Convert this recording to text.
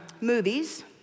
movies